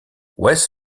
west